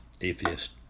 Atheist